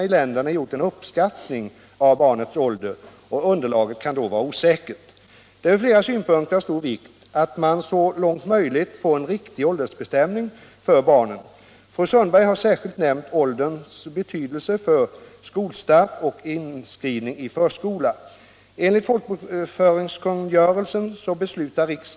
derna gjort en uppskattning av barnets ålder. Underlaget kan då vara osäkert. Det är ur flera synpunkter av stor vikt att man så långt möjligt får en riktig åldersbestämning för barnen. Fru Sundberg har särskilt nämnt ålderns betydelse för skolstart och inskrivning i förskola.